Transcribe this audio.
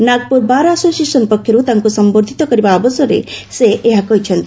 Nagpur bar association ପକ୍ଷରୁ ତାଙ୍କୁ ସମ୍ଭର୍ଦ୍ଧିତ କରିବା ଅବସରରେ ସେ ଏହା କହିଛନ୍ତି